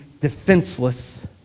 defenseless